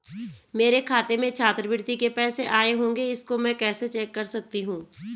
मेरे खाते में छात्रवृत्ति के पैसे आए होंगे इसको मैं कैसे चेक कर सकती हूँ?